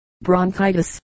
bronchitis